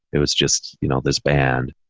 it was just, you know, this band,